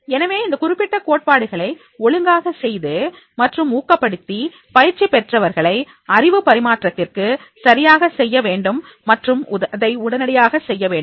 எனவே இந்த குறிப்பிட்ட கோட்பாடுகளை ஒழுங்காக செய்து மற்றும் ஊக்கப்படுத்தி பயிற்சி பெற்றவர்களை அறிவு பரிமாற்றத்திற்கு சரியாக செய்ய வேண்டும் மற்றும் அதனை உடனடியாக செய்ய வேண்டும்